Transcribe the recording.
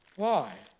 why?